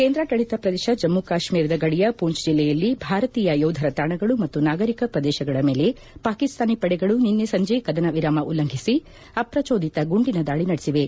ಕೇಂದ್ರಾಡಳಿತ ಪ್ರದೇಶ ಜಮ್ಗು ಕಾಶ್ವೀರದ ಗಡಿಯ ಪೂಂಚ್ ಜಿಲ್ಲೆಯಲ್ಲಿ ಭಾರತೀಯ ಯೋಧರ ತಾಣಗಳು ಮತ್ತು ನಾಗರಿಕ ಪ್ರದೇಶಗಳ ಮೇಲೆ ಪಾಕಿಸ್ತಾನಿ ಪಡೆಗಳು ನಿನ್ನೆ ಸಂಜೆ ಕದನ ವಿರಾಮ ಉಲ್ಲಂಘಿಸಿ ಅಪ್ರಜೋದಿತ ಗುಂಡಿನ ದಾಳಿ ನಡೆಸಿವೆ